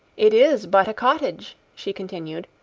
it is but a cottage, she continued,